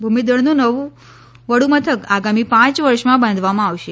ભૂમિદળનું નવું વડુમથક આગામી પાંચ વર્ષમાં બાંધવામાં આવશે